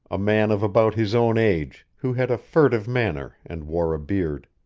a man of about his own age, who had a furtive manner and wore a beard.